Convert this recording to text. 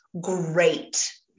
Great